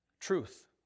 Truth